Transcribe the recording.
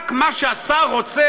רק מה שהשר רוצה,